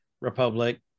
republic